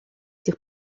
этих